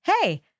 hey